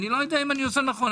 אני לא יודע אם אני עושה נכון.